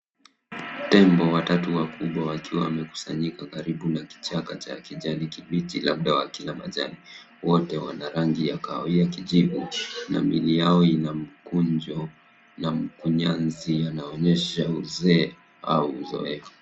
Tembo watatu wakubwa wakiwa wamekusanyika karibu na kichaka cha kijani kibichi labda wakila majani. Wote wana rangi ya kahawia kijivu na miili yao ina mkunjo na makunyanzi yanaonyesha uzee au uzoefu.